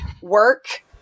work